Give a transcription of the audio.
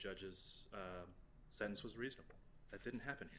judge's sense was reasonable that didn't happen